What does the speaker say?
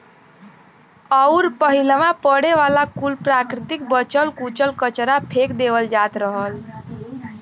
अउर पहिलवा पड़े वाला कुल प्राकृतिक बचल कुचल कचरा फेक देवल जात रहल